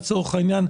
לצורך העניין,